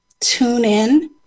TuneIn